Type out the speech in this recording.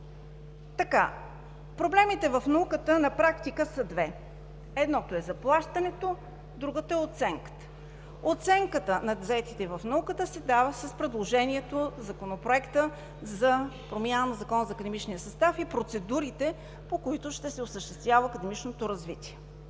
Проблемите в науката на практика са два: едното е заплащането, другото е оценката. Оценката на заетите в науката се дава с предложението в Законопроекта за промяна в Закона за академичния състав и процедурите, по които ще се осъществява академичното развитие.